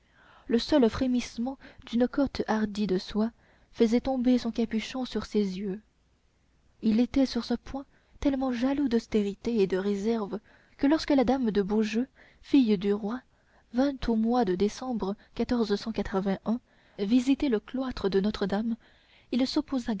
le seul frémissement d'une cotte hardie de soie faisait tomber son capuchon sur ses yeux il était sur ce point tellement jaloux d'austérité et de réserve que lorsque la dame de beaujeu fille du roi vint au mois de décembre visiter le cloître de notre-dame il s'opposa